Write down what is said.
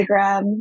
Instagram